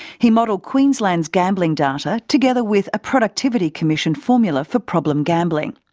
he modelled queensland's gambling data together with a productivity commission formula for problem gambling.